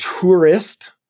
tourist